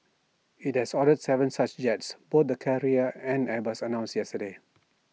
IT does ordered Seven such yachts both the carrier and airbus announced yesterday